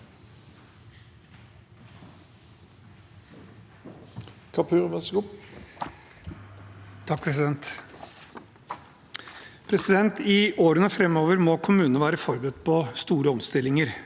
I årene framover må kommunene være forberedt på store omstillinger.